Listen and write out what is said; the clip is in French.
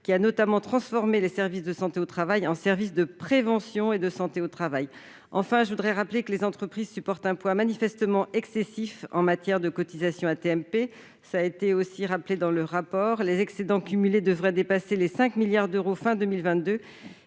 qui a notamment transformé les services de santé au travail en services de prévention et de santé au travail. Enfin, les entreprises supportent un poids manifestement excessif en matière de cotisations AT-MP : les excédents cumulés devraient dépasser les 5 milliards d'euros fin 2022.